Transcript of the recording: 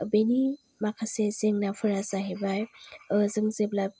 बेनि माखासे जेंनाफोरा जाहैबाय जों जेब्ला